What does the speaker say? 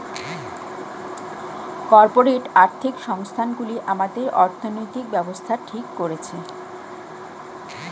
corporate আর্থিক সংস্থান গুলি আমাদের অর্থনৈতিক ব্যাবস্থা ঠিক করছে